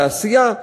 לעשייה,